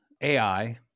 AI